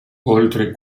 oltre